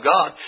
God